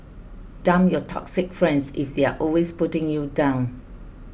dump your toxic friends if they're always putting you down